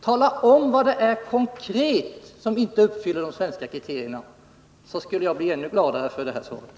Tala om konkret vilka svenska kriterier som inte uppfylls, så skulle jag bli ännu gladare för det här svaret.